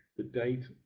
the date